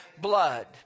blood